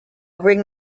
bring